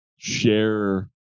share